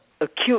acute